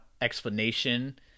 explanation